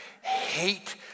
hate